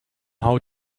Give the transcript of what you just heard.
how